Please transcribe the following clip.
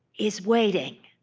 is waiting